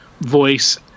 voice